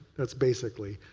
that's basically,